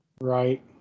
Right